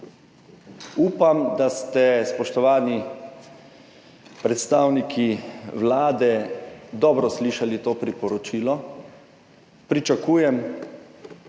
Upam, da ste, spoštovani predstavniki Vlade, dobro slišali to priporočilo. Kot